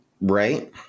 right